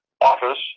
office